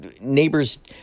neighbors